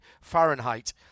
Fahrenheit